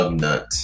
nut